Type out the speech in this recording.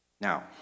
Now